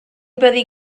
byddi